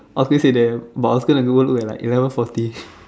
I was gonna say that but I was going to go look at like eleven forty